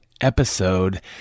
episode